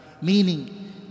meaning